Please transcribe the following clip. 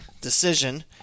decision